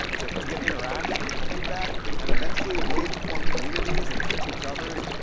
ah to to get interaction, to get feedback, and eventually ways to form communities and teach each other.